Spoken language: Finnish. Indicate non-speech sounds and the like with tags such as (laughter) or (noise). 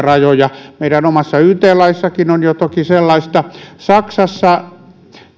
(unintelligible) rajoja meidän omassakin yt laissa on jo toki sellaista saksassa